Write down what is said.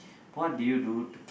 what do you do